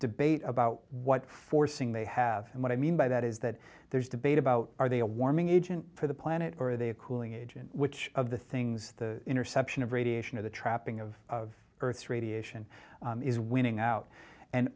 debate about what forcing they have and what i mean by that is that there's debate about are they a warming agent for the planet or are they a cooling agent which of the things the interception of radiation or the trapping of earth's radiation is winning out and